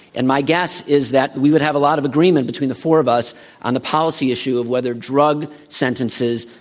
and my guess is that we would have a lot of agreement between the four of us on the policy issue of whether drug sentences,